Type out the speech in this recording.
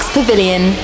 Pavilion